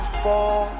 fall